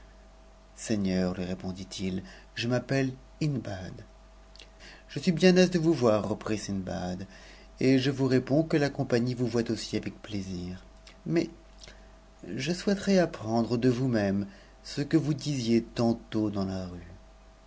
seigneur lui répondit i je m'appelle hindbad je suis bien aise de vous voir reprit sindbad et je vous réponds que la compagnie vous voit aussi avptplaisir mais je souhaiterais d'apprendre de vous-même ce que vous disiez tantôt dans la rue